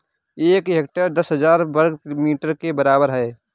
एक हेक्टेयर दस हजार वर्ग मीटर के बराबर है